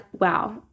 wow